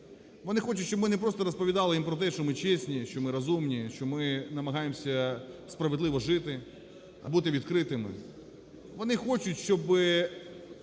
Вони хочуть, щоб ми не просто розповідали їм про те, що ми чесні, що ми розумні, що ми намагаємося справедливо жити, а бути відкритими. Вони хочуть, щоб